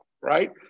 right